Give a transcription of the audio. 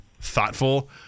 thoughtful